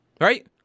Right